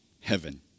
heaven